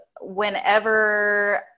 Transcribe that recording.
whenever